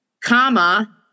comma